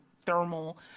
thermal